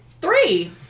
three